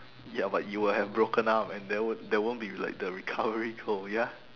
ya but you will have broken arm and there wo~ there won't be like the recovery girl ya